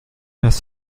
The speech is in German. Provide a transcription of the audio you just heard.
das